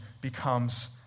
becomes